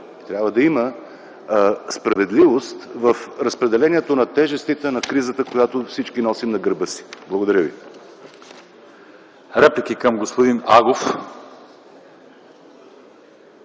трябва да има справедливост в разпределението на тежестите на кризата, която всички носим на гърба си. Благодаря ви.